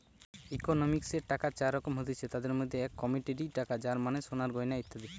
ইকোনমিক্সে টাকার চার রকম হতিছে, তাদির মধ্যে এক কমোডিটি টাকা যার মানে সোনার গয়না ইত্যাদি